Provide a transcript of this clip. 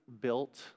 built